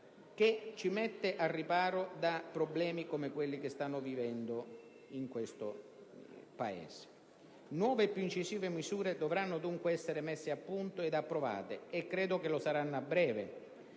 che ci mette al riparo da problemi come quelli che si stanno vivendo in questo Paese. Nuove e più incisive misure dovranno dunque essere messe a punto ed approvate, e credo lo saranno a breve,